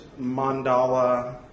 mandala